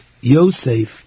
Yosef